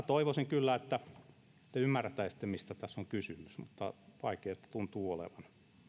toivoisin kyllä että te ymmärtäisitte mistä tässä on kysymys mutta vaikeata tuntuu olevan